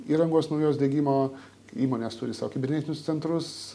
įrangos naujos diegimo įmonės turi savo kibernetinius centrus